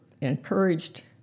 encouraged